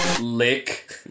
Lick